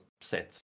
set